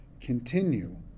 continue